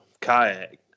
kayak